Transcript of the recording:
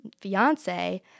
fiance